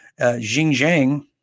Xinjiang